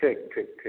ठीक ठीक ठीक